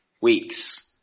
weeks